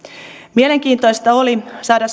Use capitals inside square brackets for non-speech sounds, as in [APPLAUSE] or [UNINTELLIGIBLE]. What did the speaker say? mielenkiintoista oli saada [UNINTELLIGIBLE]